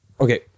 okay